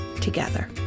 together